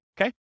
Okay